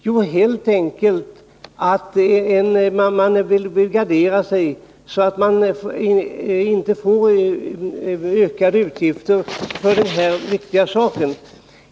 Jo, helt enkelt att man vill gardera sig så att man inte får ökade utgifter för den här viktiga saken.